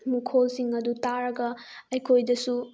ꯃꯈꯣꯜꯁꯤꯡ ꯑꯗꯨ ꯇꯥꯔꯒ ꯑꯩꯈꯣꯏꯗꯁꯨ